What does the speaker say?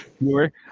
More